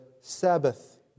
Sabbath